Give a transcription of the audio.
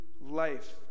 life